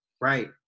right